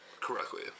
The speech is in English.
correctly